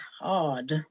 hard